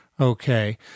Okay